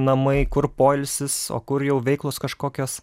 namai kur poilsis o kur jau veiklos kažkokios